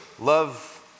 love